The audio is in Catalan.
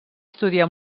estudiar